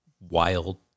wild